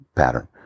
pattern